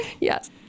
Yes